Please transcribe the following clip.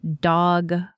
dog